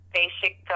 basic